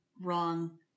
wrong